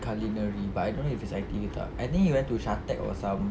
culinary but I don't know if it's I_T_E ke tak I think he went to SHATEC or some